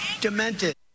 demented